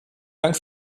dank